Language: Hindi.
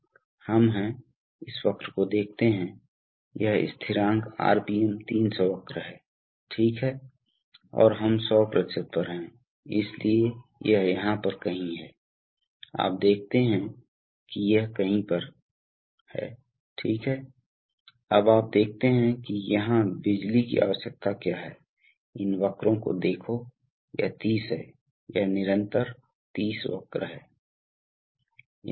लेकिन वहाँ हैं तो यह 1 है आप जानते हैं यह तरीका है रिजर्वायर या अकुमुलेटर को नियंत्रित करने का लेकिन कई अन्य हैं कुछ अन्य उपकरणों की आवश्यकता है जैसे उदाहरण के लिए आपको दबाव रेगुलेटर्स की आवश्यकता होती है अब आपको दबाव रेगुलेटर् की आवश्यकता क्यों है बहुत आसान है आप आमतौर पर न्यूमेटिक्स में देखते हैं कि आपके पास एक दबाव स्रोत है ठीक है